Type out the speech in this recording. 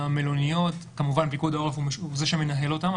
במלוניות כמובן פיקוד העורף הוא זה שמנהל אותן,